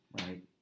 right